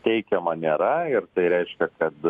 teikiama nėra ir tai reiškia kad